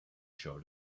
show